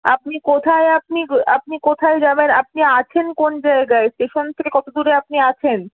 আপনি কোথায় আপনি আপনি কোথায় যাবেন আপনি আছেন কোন জায়গায় স্টেশন থেকে কত দূরে আপনি আছেন